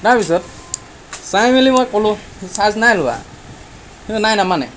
তাৰপিছত চাই মেলি মই ক'লোঁ চাৰ্জ নাই লোৱা কিন্তু নাই নামানে